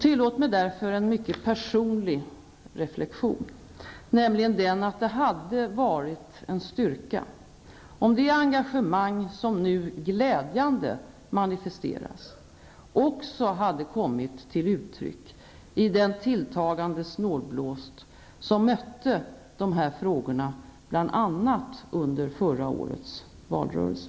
Tillåt mig därför en mycket personlig reflexion, nämligen den att det hade varit en styrka om det engagemang som nu glädjande manifesteras också hade kommit till uttryck i den tilltagande snålblåst som mötte dessa frågor bl.a. under förra årets valrörelse.